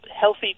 healthy